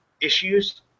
issues